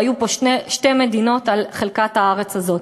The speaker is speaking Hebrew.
היו פה שתי מדינות על חלקת הארץ הזאת.